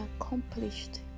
accomplished